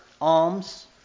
alms